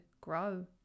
grow